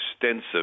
extensive